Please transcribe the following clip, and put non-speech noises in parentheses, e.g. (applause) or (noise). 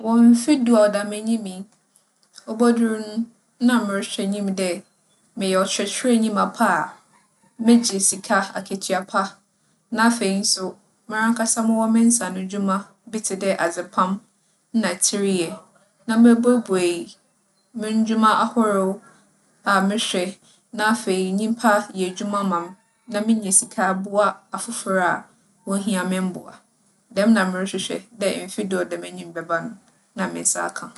Wͻ mfe du a ͻda m'enyim yi, obodur no, na morohwɛ enyim dɛ meyɛ ͻkyerɛkyerɛnyi mapa a (noise) megye sika, akatua pa. Na afei so, marankasa mowͻ me nsaanodwuma bi tse dɛ adzepam na tsiryɛ, na mebuebue mo ndwuma ahorow a mehwɛ. Na afei, nyimpa yɛ edwuma (noise) ma me na minya sika boa afofor a wohia me mboa. Dɛm na morohwehwɛ, dɛ mfe du a ͻda m'enyim bɛba no, na me nsa aka.